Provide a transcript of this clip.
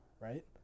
Right